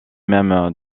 même